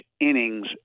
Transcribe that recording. innings